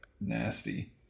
nasty